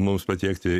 mums patiekti